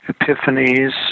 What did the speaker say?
epiphanies